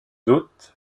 doute